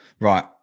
Right